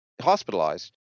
hospitalized